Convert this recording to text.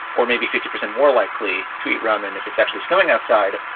or maybe fifty percent more likely to eat ramen if it's actually snowing outside.